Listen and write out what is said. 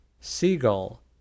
seagull